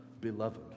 beloved